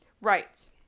Right